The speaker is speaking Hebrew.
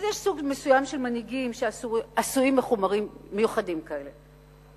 אז יש סוג מסוים של מנהיגים שעשויים מחומרים מיוחדים כאלה.